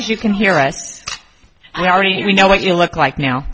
as you can hear us i already know what you look like now